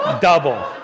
Double